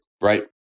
right